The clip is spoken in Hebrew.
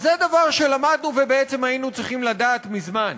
אז זה דבר שלמדנו ובעצם היינו צריכים לדעת מזמן.